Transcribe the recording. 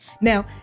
Now